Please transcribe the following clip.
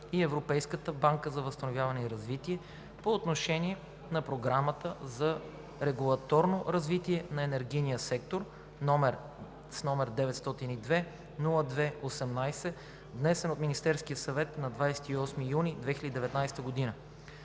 и Европейската банка за възстановяване и развитие по отношение на Програмата за регулаторно развитие на енергийния сектор, № 902-02-18, внесен от Министерския съвет на 28 юни 2019 г.